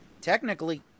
Technically